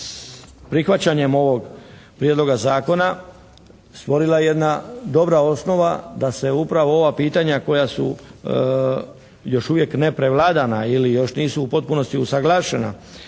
se prihvaćanjem ovog Prijedloga zakona stvorila jedna dobra osnova da se upravo ova pitanja koja su još uvijek neprevladana ili još nisu u potpunosti usuglašena.